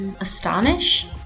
Astonish